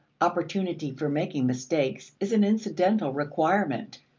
opportunity for making mistakes is an incidental requirement.